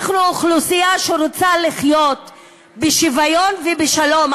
אנחנו אוכלוסייה שרוצה לחיות בשוויון ובשלום,